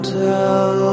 tell